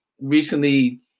recently